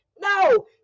No